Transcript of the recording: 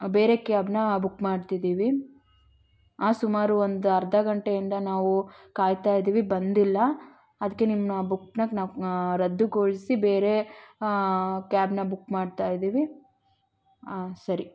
ಬೇರೆ ಕ್ಯಾಬನ್ನ ಬುಕ್ ಮಾಡ್ತಿದ್ದೀವಿ ಆ ಸುಮಾರು ಒಂದು ಅರ್ಧ ಗಂಟೆಯಿಂದ ನಾವು ಕಾಯ್ತಾ ಇದ್ದೀವಿ ಬಂದಿಲ್ಲ ಅದಕ್ಕೆ ನಿಮ್ಮನ್ನ ಬುಕ್ಕನ್ನ ನಾವು ರದ್ದುಗೊಳಿಸಿ ಬೇರೆ ಕ್ಯಾಬನ್ನ ಬುಕ್ ಮಾಡ್ತಾ ಇದ್ದೀವಿ ಸರಿ